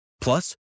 Plus